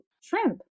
shrimp